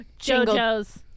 Jojo's